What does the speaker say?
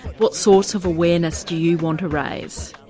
what sorts of awareness do you want to raise?